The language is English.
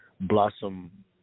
blossom